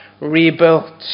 rebuilt